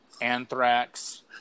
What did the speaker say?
Anthrax